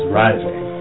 rising